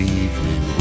evening